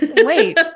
Wait